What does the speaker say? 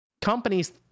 companies